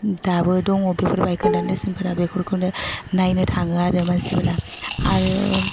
दाबो दङ बेफोर बायखोन्दा नेर्सोनफोरा बेफोरखौनो नायनो थाङो आरो मानसिफ्रा आरो